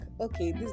okay